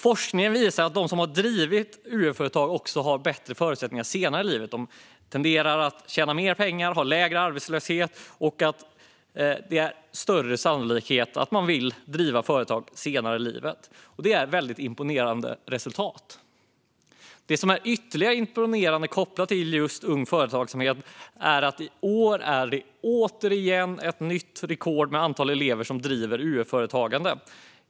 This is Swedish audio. Forskningen visar att de som har drivit UF-företag har bättre förutsättningar senare i livet - de tenderar att tjäna mer pengar, de har lägre arbetslöshet och det är större sannolikhet att de vill driva företag senare i livet. Det är ett imponerande resultat. Det som är ytterligare imponerande när det gäller Ung Företagsamhet är att vi i år återigen ser ett nytt rekord för antalet elever som driver ett UF-företag.